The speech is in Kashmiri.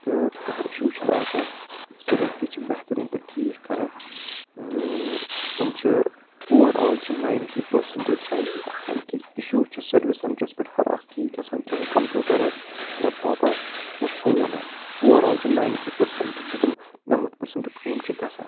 تہٕ کانٛہہ اِشوٗ چھِنہٕ آسان سورٕے کیٚنہہ چھِ بہتریٖن تہِ ٹھیٖک کران تم چھِ اوٚوَرآل چھِ نَیِنٹی پٕرسنٛٹِڑ چانٛسِز آسان کہِ اِشوٗ چھِ سَروِس سیٚنٹَرَس پٮ۪ٹھ ہر اَکھ ٹھیٖک گژھان چاہَے کَمپوٗٹَر آسہِ لیپٹاپ آسہِ یا فون آسہِ اوٚوَرآل چھِ نَیِنٹی پٔرسَنٛٹہٕ چھِ تِم نَمَتھ پٕرسَنٹہٕ کٲم چھِ گژھان